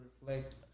reflect